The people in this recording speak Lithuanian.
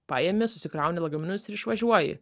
paimi susikrauni lagaminus ir išvažiuoji